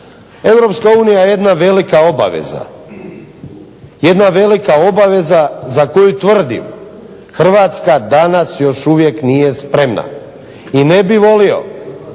Europska unija je jedna velika obaveza za koju tvrdim Hrvatska danas još uvijek nije spremna i ne bih volio